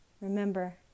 Remember